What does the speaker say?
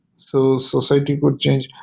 so society would change.